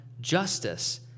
justice